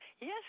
Yes